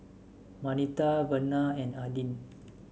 Marnita Vena and Adin